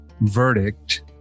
verdict